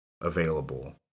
available